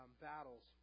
battles